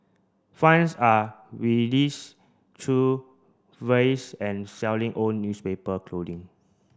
funds are release through and selling own newspaper clothing